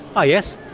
oh yes,